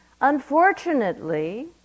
Unfortunately